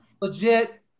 legit